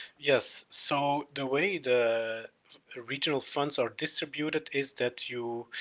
yes so the way the original funds are distributed is that you,